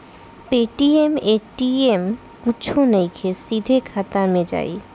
Paytm ATM कुछो नइखे, सीधे खाता मे जाई